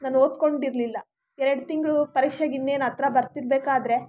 ನಾನು ಓದ್ಕೊಂಡು ಇರಲಿಲ್ಲ ಎರಡು ತಿಂಗಳು ಪರೀಕ್ಷೆಗೆ ಇನ್ನೇನು ಹತ್ತಿರ ಬರ್ತಿರ್ಬೇಕಾದ್ರೆ